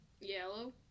Yellow